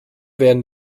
werden